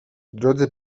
drodzy